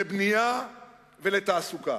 לבנייה ולתעסוקה,